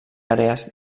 àrees